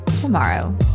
tomorrow